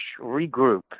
regroup